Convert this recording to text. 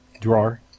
drawer